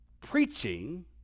Preaching